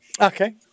Okay